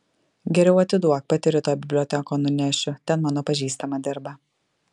geriau atiduok pati rytoj bibliotekon nunešiu ten mano pažįstama dirba